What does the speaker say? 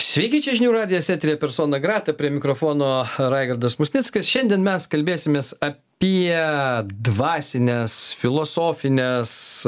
sveiki čia žinių radijas eteryje persona grata prie mikrofono raigardas musnickas šiandien mes kalbėsimės apie dvasines filosofines